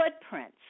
footprints